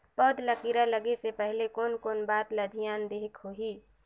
पौध ला कीरा लगे से पहले कोन कोन बात ला धियान देहेक होही?